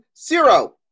zero